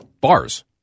bars